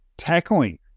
tackling